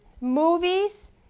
movies